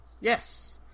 Yes